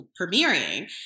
premiering